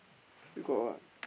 still got what